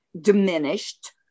diminished